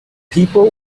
people